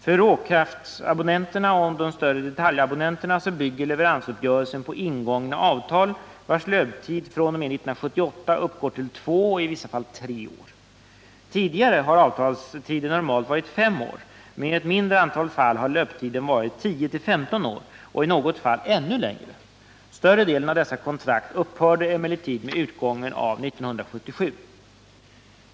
För lågkraftabonnenterna och de större detaljabonnenterna bygger leveransuppgörelsen på ingångna avtal vilkas löptid fr.o.m. 1978 uppgår till två och i vissa fall till tre år. Tidigare har avtalstiden normalt varit fem år, men i ett mindre antal fall har löptiden varit 10—15 år och i något fall ännu längre. Större delen av dessa kontrakt upphörde emellertid med utgången av 1977.